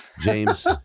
James